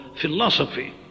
philosophy